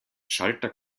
schalter